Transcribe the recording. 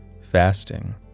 fasting